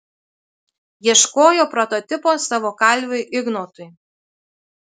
ieškojo prototipo savo kalviui ignotui